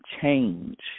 change